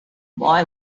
boy